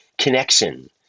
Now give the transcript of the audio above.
connection